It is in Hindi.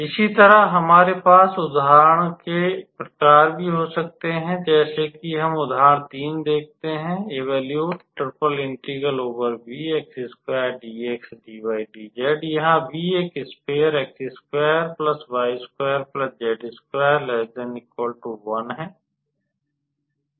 इसी तरह हमारे पास उदाहरण के प्रकार भी हो सकते हैं जैसे कि हम उदाहरण 3 देखते हैं इवेल्यूट यहाँ V एक स्फेयर है